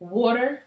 water